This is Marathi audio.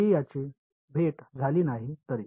जरी त्यांची भेट झाली नाही तरी